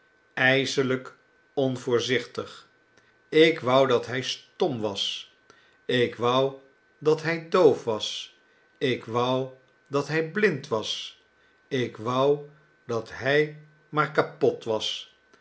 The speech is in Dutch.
ijselijk onvoorzichtig ik wou dat hij stom was ik wou dat hij doof was ik wou dat hij blind was ik wou dat hij maar kapot was